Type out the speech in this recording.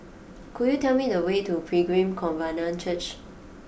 could you tell me the way to Pilgrim Covenant Church